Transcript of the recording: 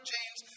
James